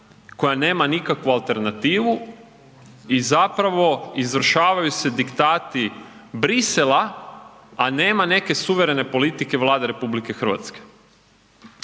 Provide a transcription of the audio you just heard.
koja nema nikakvu alternativu i izvršavaju se diktati Bruxellesa, a nema neke suverene politike Vlade RH. Druge države